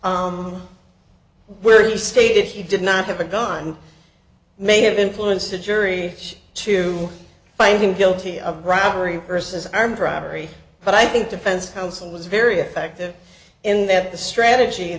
offense where he stated he did not have a gun may have influenced the jury to find him guilty of robbery versus armed robbery but i think defense counsel was very effective in that the strategy